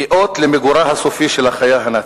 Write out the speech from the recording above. כאות למיגורה הסופי של החיה הנאצית.